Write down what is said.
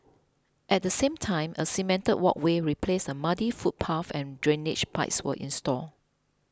at the same time a cemented walkway replaced a muddy footpath and drainage pipes were installed